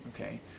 okay